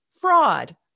fraud